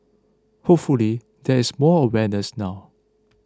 hopefully there is more awareness now